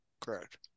Correct